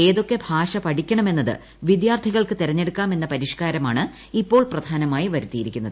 ഏതൊക്കെ ഭാഷ പഠിക്കണമെന്നത് വിദ്യാർത്ഥികൾക്ക് തെരഞ്ഞെടുക്കാം എന്ന പരിഷ്കാരമാണ് ഇപ്പോൾ പ്രധാനമായി വരുത്തിയിരിക്കുന്നത്